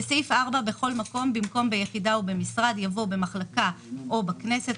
בסעיף 4 בכל מקום ביחידה או במשרד יבוא: במחלקה או בכנסת,